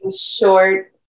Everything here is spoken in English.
short